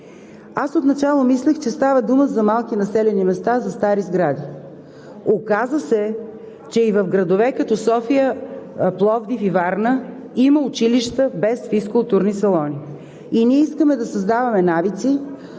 Отначало мислех, че става дума за стари сгради в малки населени места. Оказа се, че и в градове като София, Пловдив и Варна има училища без физкултурни салони и ние искаме да създаваме навици,